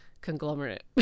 conglomerate